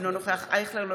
אינו נוכח ישראל אייכלר,